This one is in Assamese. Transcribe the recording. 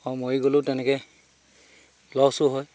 আৰু মৰি গ'লেও তেনেকৈ লছো হয়